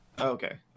okay